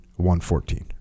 114